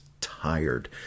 tired